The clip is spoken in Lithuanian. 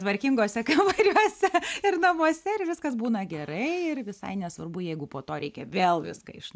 tvarkinguose kambariuose ir namuose ir viskas būna gerai ir visai nesvarbu jeigu po to reikia vėl viską iš